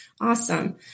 Awesome